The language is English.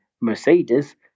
Mercedes